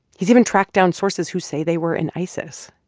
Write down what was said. he's even tracked down sources who say they were in isis.